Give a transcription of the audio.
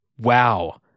wow